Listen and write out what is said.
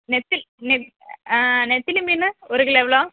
நெத்திலி நெத்திலி ஆ நெத்திலி மீன் ஒரு கிலோ எவ்வளோ